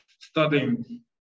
studying